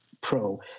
pro